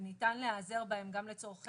וניתן להיעזר בהם גם לצורכי מילוי טפסים.